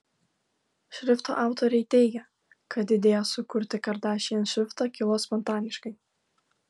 šrifto autoriai teigia kad idėja sukurti kardashian šriftą kilo spontaniškai